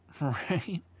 Right